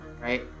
right